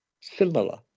Similar